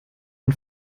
man